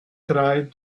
tried